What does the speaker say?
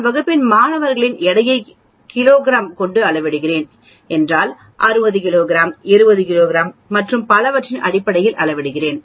நான் வகுப்பின் மாணவர்களின் எடையை கிலோகிராம் கொண்டு அளவிடுகிறேன் என்றால் நான் 60 கிலோகிராம் 70 கிலோகிராம் மற்றும் பலவற்றின் அடிப்படையில் அளவிடுவேன்